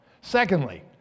Secondly